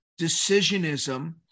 decisionism